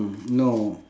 no